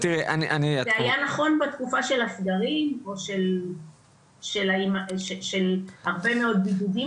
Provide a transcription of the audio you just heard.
זה היה נכון בתקופה של הסגרים או של הרבה מאוד בידודים